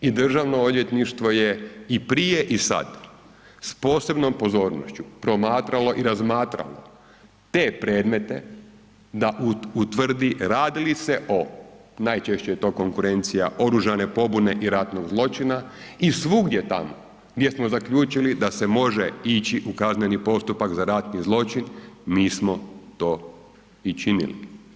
I Državno odvjetništvo je i prije i sad s posebnom pozornošću promatralo i razmatralo te predmete da utvrdi radi li se o, najčešće je to konkurencija oružane pobune i ratnog zločina i svugdje tamo gdje smo zaključili da se može ići u kazneni postupak za ratni zločin, mi smo to i činili.